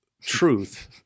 truth